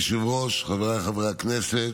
אדוני היושב-ראש, חבריי חברי הכנסת,